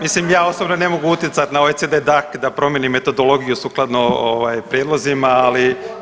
Mislim ja osobno ne mogu utjecat na OECD DAC da promjeni metodologiju sukladno ovaj prijedlozima, ali